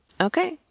Okay